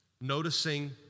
noticing